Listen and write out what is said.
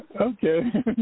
Okay